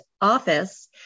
office